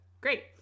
great